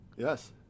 Yes